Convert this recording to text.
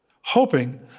hoping